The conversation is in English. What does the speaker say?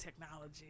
technology